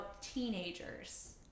teenagers